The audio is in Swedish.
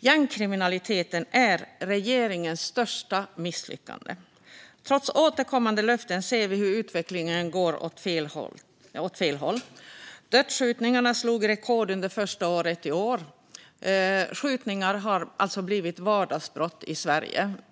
Gängkriminaliteten är regeringens största misslyckande. Trots återkommande löften ser vi att utvecklingen går åt fel håll. Dödsskjutningarna slog rekordet redan under första kvartalet i år. Skjutningar har blivit ett vardagsbrott i Sverige.